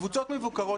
בקבוצות מבוקרות,